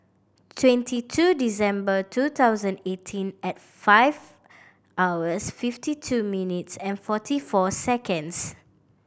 twenty two December two thousand eighteen at five hours fifty two minutes and forty four seconds